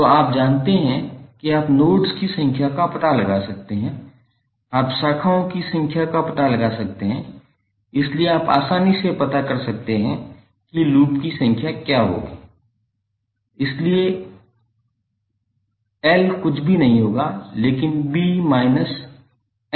तो आप जानते हैं कि आप नोड्स की संख्या का पता लगा सकते हैं आप शाखाओं की संख्या का पता लगा सकते हैं इसलिए आप आसानी से पता कर सकते हैं कि लूप की संख्या क्या होगी इसलिए l कुछ भी नहीं होगा लेकिन b minus n plus one होगा